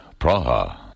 Praha